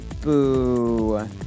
Boo